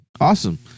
awesome